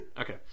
Okay